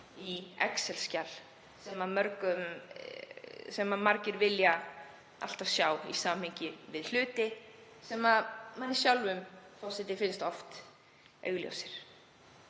í excel-skjal sem margir vilja alltaf sjá í samhengi við hluti sem manni sjálfum finnst oft augljósir.